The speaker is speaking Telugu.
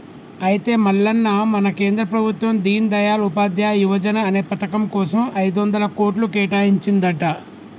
అయితే మల్లన్న మన కేంద్ర ప్రభుత్వం దీన్ దయాల్ ఉపాధ్యాయ యువజన అనే పథకం కోసం ఐదొందల కోట్లు కేటాయించిందంట